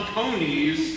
ponies